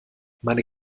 meine